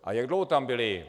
A jak dlouho tam byli?